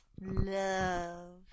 Love